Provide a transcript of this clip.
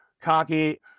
cocky